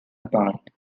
apart